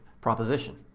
proposition